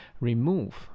Remove